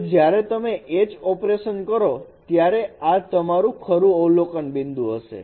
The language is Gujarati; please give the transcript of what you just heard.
તો જ્યારે તમે H ઓપરેશન કરો ત્યારે આ તમારૂ ખરું અવલોકન બિંદુ હશે